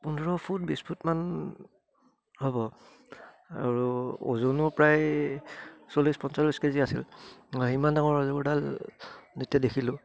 পোন্ধৰ ফুট বিছ ফুটমান হ'ব আৰু ওজনো প্ৰায় চল্লিছ পঞ্চল্লিছ কেজি আছিল মই সিমান ডাঙৰ অজগৰডাল যেতিয়া দেখিলোঁ